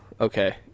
okay